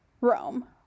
Rome